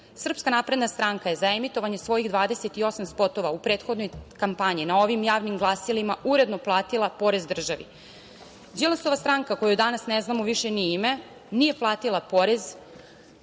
firma? Srpska napredna stranka je za emitovanje svojih 28 spotova u prethodnoj kampanji na ovim javnim glasilima uredno platila porez državi. Đilasova stranka, kojoj danas ne znamo više ni ime, nije platila porez